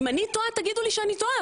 אם אני טועה תגידו לי שאני טועה,